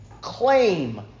claim